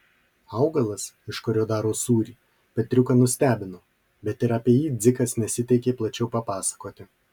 augalas iš kurio daro sūrį petriuką nustebino bet ir apie jį dzikas nesiteikė plačiau papasakoti